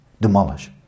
demolish